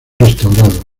restaurados